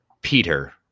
Peter